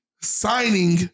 signing